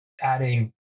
Adding